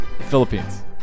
Philippines